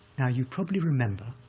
now, you probably remember